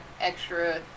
extra